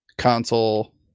console